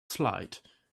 slide